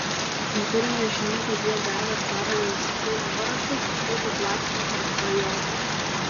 neturime žinių kad jie gavę caro laiško nuorašus būtų platinę tarp bajorų